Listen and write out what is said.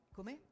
Come